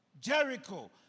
Jericho